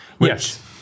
Yes